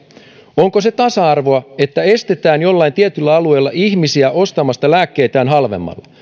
onko se tasa arvoa että estetään jollain tietyllä alueella ihmisiä ostamasta lääkkeitään halvemmalla